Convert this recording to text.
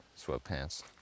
sweatpants